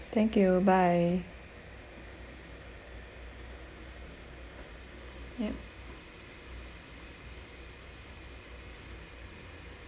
thank you bye yup